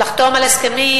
לחתום על הסכמים,